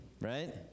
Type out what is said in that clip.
right